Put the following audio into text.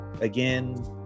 again